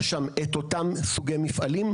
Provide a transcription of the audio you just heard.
יש שם את אותן סוגי מפעלים,